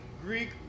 Greek